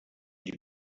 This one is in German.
die